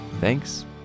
Thanks